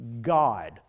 God